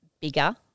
bigger